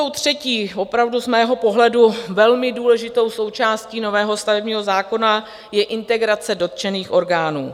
Třetí, opravdu z mého pohledu velmi důležitou součástí nového stavebního zákona je integrace dotčených orgánů.